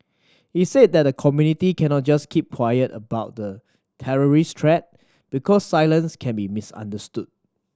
he said that the community cannot just keep quiet about the terrorist threat because silence can be misunderstood